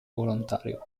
volontario